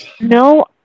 No